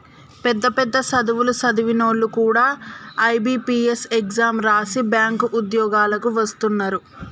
పెద్ద పెద్ద సదువులు సదివినోల్లు కూడా ఐ.బి.పీ.ఎస్ ఎగ్జాం రాసి బ్యేంకు ఉద్యోగాలకు వస్తున్నరు